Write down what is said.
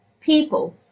people